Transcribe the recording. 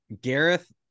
Gareth